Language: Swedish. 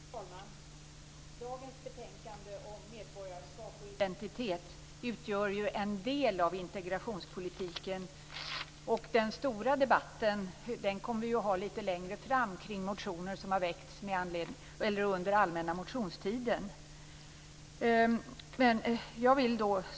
Fru talman! Dagens betänkande om medborgarskap och identitet utgör en del av integrationspolitiken. Den stora debatten kommer vi att ha lite längre fram kring motioner som har väckts under den allmänna motionstiden.